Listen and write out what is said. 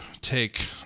take